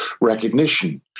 recognition